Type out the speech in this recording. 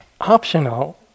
optional